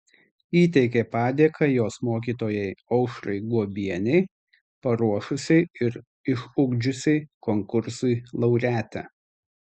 įteikė padėką jos mokytojai aušrai guobienei paruošusiai ir išugdžiusiai konkursui laureatę